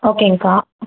ஓகேங்க்கா